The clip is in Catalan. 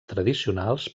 tradicionals